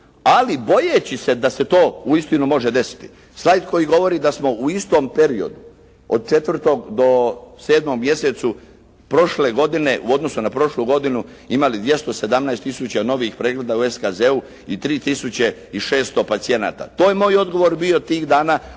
ali bojeći se da se to uistinu može desiti. «Slajd» koji govori da smo u istom periodu od 4. do 7. mjesecu prošle godine u odnosu na prošlu godinu imali 217 tisuća novih pregleda u … /Govornik se ne razumije./ … i 3600 pacijenata. To je moj odgovor bio tih dana